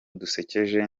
dusekeje